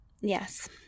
Yes